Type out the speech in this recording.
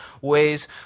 ways